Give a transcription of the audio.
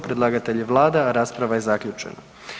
Predlagatelj je Vlada, rasprava je zaključena.